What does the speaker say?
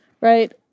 right